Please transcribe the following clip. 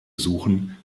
suchen